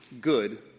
good